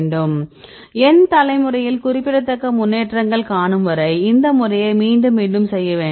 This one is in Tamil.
N தலைமுறையில் குறிப்பிடத்தக்க முன்னேற்றங்கள் காணும் வரை இந்த முறையை மீண்டும் மீண்டும் செய்ய வேண்டும்